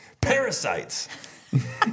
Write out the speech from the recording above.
Parasites